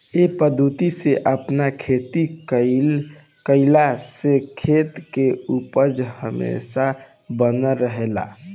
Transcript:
ए पद्धति से आपन खेती कईला से खेत के उपज हमेशा बनल रहेला